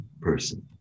person